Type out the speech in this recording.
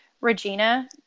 Regina